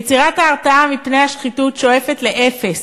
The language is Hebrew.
יצירת ההרתעה מפני השחיתות שואפת לאפס,